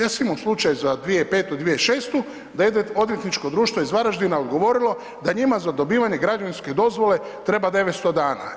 Ja sam imao slučaj za 2005., 2006. da je jedno Odvjetničko društvo iz Varaždina odgovorilo da njima za dobivanje građevinske dozvole treba 900 dana.